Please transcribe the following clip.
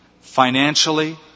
financially